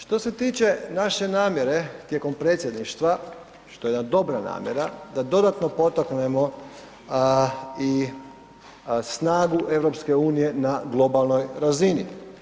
Što se tiče naše namjere tijekom predsjedništva što je jedna dobra namjera da dodatno potaknemo i snagu EU na globalnoj razini.